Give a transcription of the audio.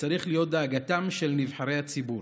וצריך להיות דאגתם של נבחרי הציבור.